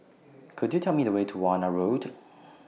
Could YOU Tell Me The Way to Warna Road